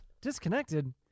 Disconnected